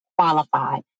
qualified